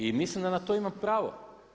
I mislim da na to ima pravo.